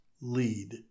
lead